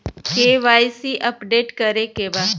KYC update करे के बा?